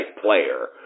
player